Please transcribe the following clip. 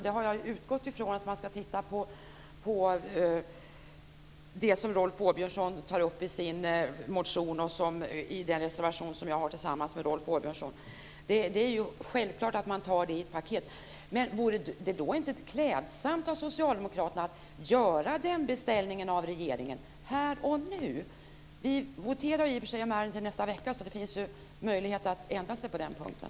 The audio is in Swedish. Jag har utgått från att man ska titta på det som Rolf Åbjörnsson tar upp i sin motion och som återfinns i den reservation som jag har tillsammans med Rolf Åbjörnsson. Det är ju självklart att man tar det i paket. Vore det då inte klädsamt av Socialdemokraterna att göra den beställningen av regeringen här och nu? Vi voterar i och för sig om ärendet i nästa vecka, så det finns möjlighet att ändra sig på den punkten.